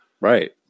Right